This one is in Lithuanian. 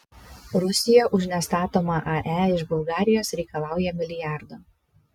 rusija už nestatomą ae iš bulgarijos reikalauja milijardo